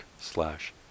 slash